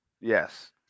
yes